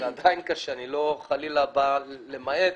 אני לא חלילה בא למעט,